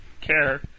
care